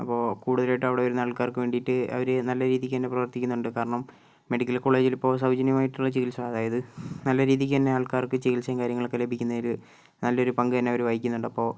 അപ്പോൾ കൂടുതലായിട്ട് അവിടെ വരുന്ന ആൾക്കാർക്ക് വേണ്ടിയിട്ട് അവർ നല്ല രീതിക്ക് തന്നെ പ്രവർത്തിക്കുന്നുണ്ട് കാരണം മെഡിക്കൽ കോളേജിൽ ഇപ്പോൾ സൗജന്യമായിട്ടുള്ള ചികിത്സ അതായത് നല്ല രീതിയ്ക്ക് തന്നെ ആൾക്കാർക്ക് ചികിത്സയും കാര്യങ്ങളൊക്കെ ലഭിക്കുന്നതിൽ നല്ലൊരു പങ്കു തന്നെ അവർ വഹിക്കുന്നുണ്ട് അപ്പോൾ